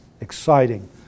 exciting